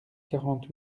quarante